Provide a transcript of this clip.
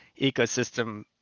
ecosystem